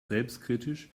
selbstkritisch